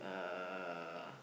uh